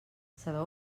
sabeu